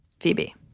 Phoebe